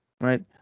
right